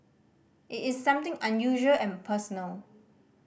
it is something unusual and personal